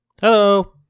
Hello